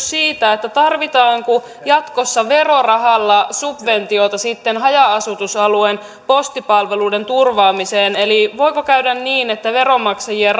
siitä tarvitaanko jatkossa verorahalla subventiota sitten haja asutusalueen postipalveluiden turvaamiseen eli voiko käydä niin että veronmaksajien